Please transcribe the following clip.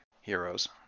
heroes